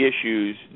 issues